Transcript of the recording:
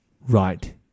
right